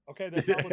Okay